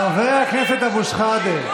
חבר הכנסת אבו שחאדה.